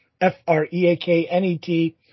F-R-E-A-K-N-E-T